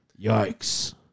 Yikes